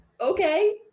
Okay